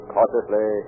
Cautiously